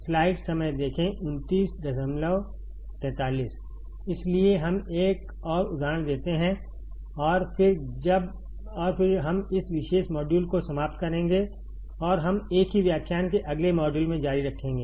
इसलिए हम एक और उदाहरण देते हैं और फिर हम इस विशेष मॉड्यूल को समाप्त करेंगे और हम एक ही व्याख्यान के अगले मॉड्यूल में जारी रखेंगे